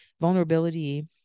vulnerability